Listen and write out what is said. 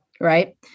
Right